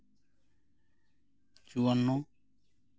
ᱪᱩᱣᱟᱱᱱᱚ